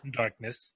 darkness